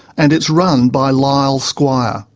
and it's run by lyle squire.